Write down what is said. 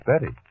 Betty